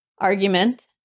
argument